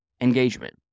engagement